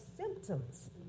symptoms